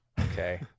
Okay